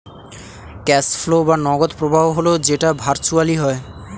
cash flow বা নগদ প্রবাহ হল যেটা ভার্চুয়ালি হয়